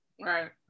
Right